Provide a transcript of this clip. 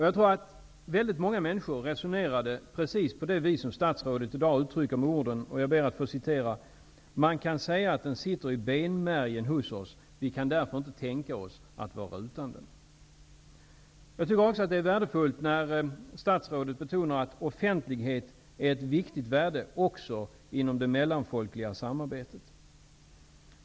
Jag tror att väldigt många människor resonerade precis på det vis som statsrådet i dag uttrycker med orden: ''Man kan säga att den sitter i benmärgen hos oss. Vi kan därför inte tänka oss att vara utan den.'' Det är också värdefullt att statsrådet betonar att offentlighet har ett viktigt värde också i det mellanfolkliga samarbetet.